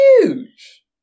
Huge